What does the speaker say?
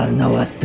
ah know of